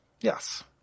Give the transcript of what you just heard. Yes